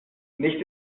nicht